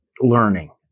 learning